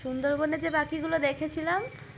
সুন্দরবনে যে পাখিগুলো দেখেছিলাম